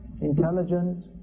intelligent